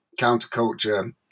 counterculture